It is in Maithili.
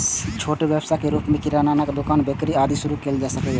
छोट व्यवसायक रूप मे किरानाक दोकान, बेकरी, आदि शुरू कैल जा सकैए